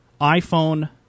iPhone